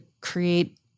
create